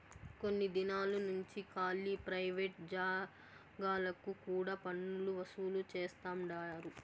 కొన్ని దినాలు నుంచి కాలీ ప్రైవేట్ జాగాలకు కూడా పన్నులు వసూలు చేస్తండారు